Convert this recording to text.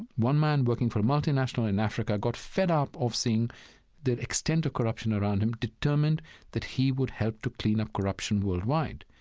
one man working for a multinational in africa got fed up of seeing the extent of corruption around him, determined that he would help to clean up corruption worldwide.